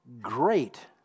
great